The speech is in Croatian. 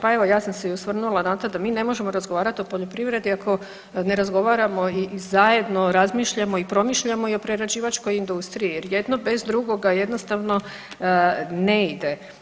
Pa evo ja sam se i osvrnula na to da mi ne možemo razgovarat o poljoprivredi ako ne razgovaramo i zajedno razmišljamo i promišljamo i o prerađivačkoj industriji jer jedno bez drugoga jednostavno ne ide.